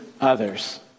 others